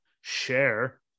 share